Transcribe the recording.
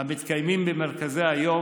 המתקיימים במרכזי היום,